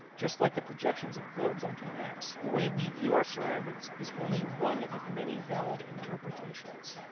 just like the projections of globes onto maps, the way we view our surroundings is only one of many valid interpretations.